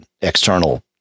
external